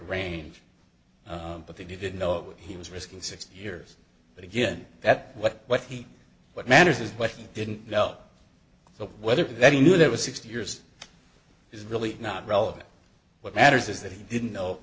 range but they did know he was risking six years but again that what what he what matters is what he didn't know but whether that he knew it was sixty years is really not relevant what matters is that he didn't know